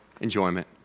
enjoyment